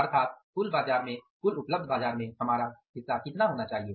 अर्थात कुल उपलब्ध बाजार में हमारा कितना हिस्सा होना चाहिए